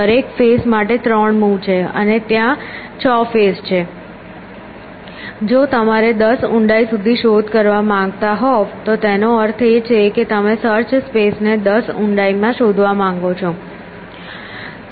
દરેક ફેસ માટે 3 મૂવ છે અને ત્યાં 6 ફેસ છે જો તમારે દસ ઊંડાઈ સુધી શોધ કરવા માંગતા હોવ તો તેનો અર્થ એ છે કે તમે સર્ચ સ્પેસ ને દસ ઊંડાઈમાં શોધવા માંગો છો